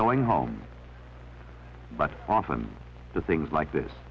going home but often the things like this